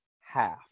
half